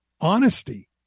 honesty